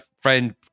friend